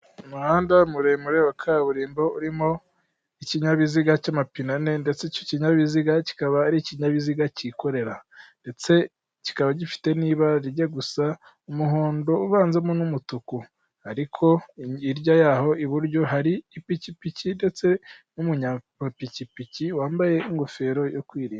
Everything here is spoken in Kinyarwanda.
Umuhanda muremure wa kaburimbo urimo ikinyabiziga cy'amapine ane ndetse icyo kinyabiziga kikaba ari ikinyabiziga kikorera ndetse kikaba gifite n'ibara rijya gusa umuhondo uvanzemo n'umutuku, ariko hirya yaho iburyo hari ipikipiki ndetse n'umunyamapikipiki wambaye ingofero yo kwirinda.